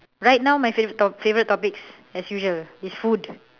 right now my favorite top favorite topics as usual is food